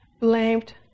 blamed